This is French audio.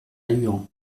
luant